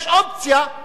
יש אופציה,